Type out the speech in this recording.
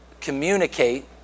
communicate